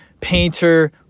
painter